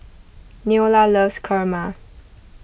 Neola loves Kurma